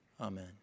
Amen